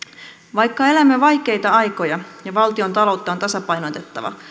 vaikka elämme vaikeita aikoja ja valtiontaloutta on tasapainotettava